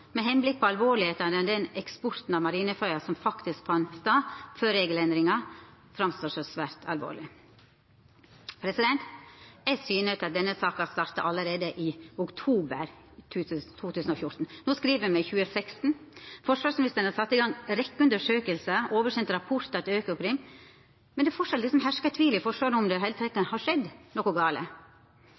med tanke på alvorsgraden i den eksporten av marinefartøya som faktisk fann stad før regelendringa, framstår som svært alvorleg. Eg viser til at denne saka starta allereie i oktober 2014. No skriv me 2016. Forsvarsministeren har sett i gang ei rekkje undersøkingar og sendt over rapportar til Økokrim, men det herskar framleis tvil i Forsvaret om det i det heile har skjedd noko gale.